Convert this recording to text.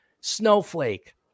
snowflake